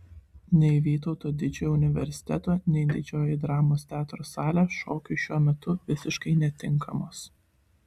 nei vytauto didžiojo universiteto nei didžioji dramos teatro salė šokiui šiuo metu visiškai netinkamos